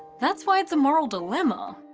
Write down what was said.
that's why it's a moral dilemma.